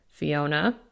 Fiona